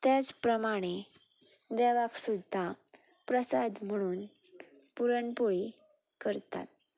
तेच प्रमाणें देवाक सुद्दां प्रसाद म्हणून पुरणपोळी करतात